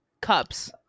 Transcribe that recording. cups